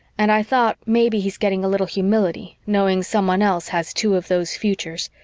and i thought maybe he's getting a little humility, knowing someone else has two of those futures,